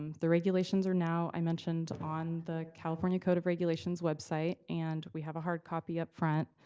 um the regulations are now, i mentioned on the california code of regulations website, and we have a hard copy up front,